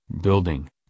building